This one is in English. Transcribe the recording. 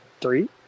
Three